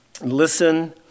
listen